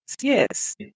yes